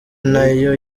nayo